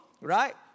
right